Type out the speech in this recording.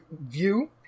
view